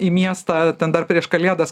į miestą ten dar prieš kalėdas